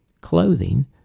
clothing